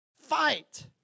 fight